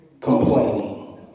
complaining